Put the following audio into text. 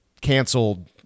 canceled